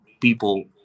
people